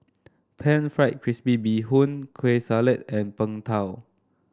pan fried crispy Bee Hoon Kueh Salat and Png Tao